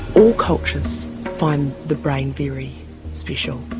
all cultures find the brain very special.